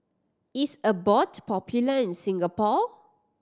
is Abbott popular in Singapore